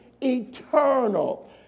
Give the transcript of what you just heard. eternal